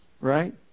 Right